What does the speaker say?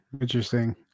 Interesting